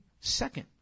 Second